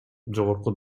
жогорку